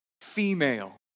female